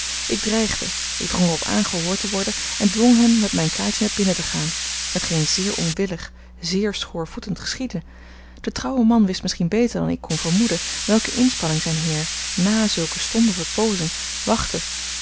ik dreigde ik drong er op aan gehoord te worden en dwong hem met mijn kaartje binnen te gaan hetgeen zeer onwillig zeer schoorvoetend geschiedde de trouwe man wist misschien beter dan ik kon vermoeden welke inspanning zijn heer nà zulke stonde verpoozing wachtte